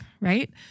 right